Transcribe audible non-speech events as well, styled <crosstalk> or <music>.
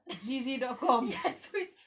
<laughs> yes so it's